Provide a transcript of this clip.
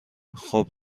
خوب